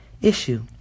issue